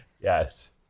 yes